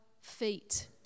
feet